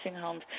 homes